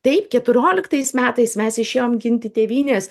taip keturioliktais metais mes išėjom ginti tėvynės